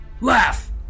Laugh